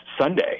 Sunday